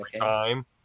time